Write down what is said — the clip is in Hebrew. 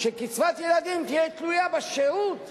שקצבת ילדים תהיה תלויה בשירות